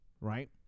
right